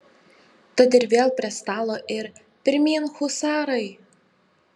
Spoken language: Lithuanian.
tad ir vėl prie stalo ir pirmyn husarai